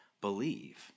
believe